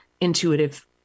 intuitive